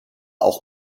auch